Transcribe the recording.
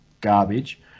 garbage